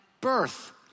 birth